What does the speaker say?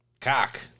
Cock